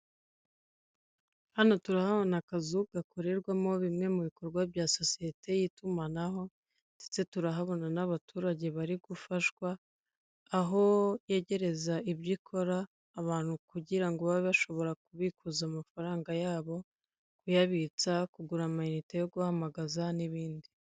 Hano turahabona akazu gakorerwamo bimwe mu bikorwa bya sosiyete y'itumanaho ndetse turahabona n'abaturage bari gufashwa, aho yegereza ibyo ikora abantu kugira ngo babe bashobora kubikuza amafaranga yabo, kuyabitsa, kugura amayinite yo guhamagaza nibindi.